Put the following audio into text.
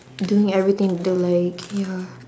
doing everything we don't like ya